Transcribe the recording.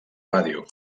ràdio